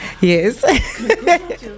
yes